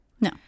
No